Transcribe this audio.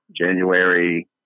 January